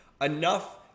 enough